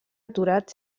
aturat